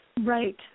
Right